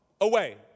away